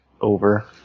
over